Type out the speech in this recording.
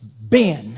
Ben